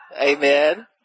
amen